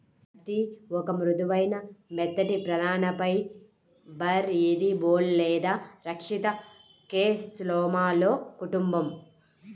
పత్తిఒక మృదువైన, మెత్తటిప్రధానఫైబర్ఇదిబోల్ లేదా రక్షిత కేస్లోమాలో కుటుంబం